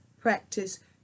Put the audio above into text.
practice